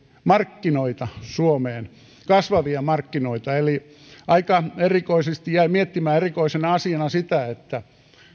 markkinoita suomeen kasvavia markkinoita aika erikoisena asiana jäin miettimään sitä että